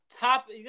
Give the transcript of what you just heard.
top